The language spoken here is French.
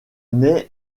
naît